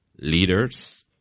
leaders